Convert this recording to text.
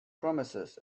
promises